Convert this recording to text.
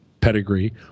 pedigree